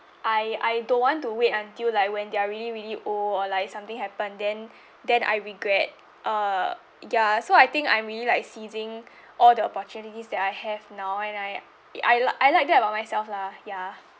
I I don't want to wait until like when they're really really old or like something happen then then I regret uh ya so I think I'm really like seizing all the opportunities that I have now and I I li~ I like that about myself lah ya